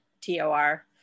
T-O-R